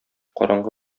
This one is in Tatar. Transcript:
караңгы